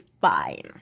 fine